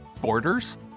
borders